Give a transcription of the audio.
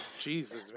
Jesus